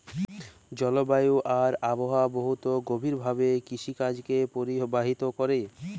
জলবায়ু আর আবহাওয়া বহুত গভীর ভাবে কিরসিকাজকে পরভাবিত ক্যরে